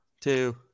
Two